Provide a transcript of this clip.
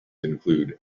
include